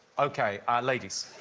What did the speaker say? ok, ah ladies,